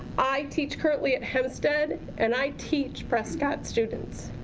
i teach currently at homestead and i teach prescott students.